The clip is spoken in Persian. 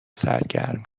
سرگرم